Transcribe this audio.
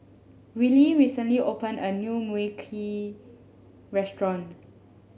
Willy recently opened a new Mui Kee restaurant